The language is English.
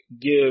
give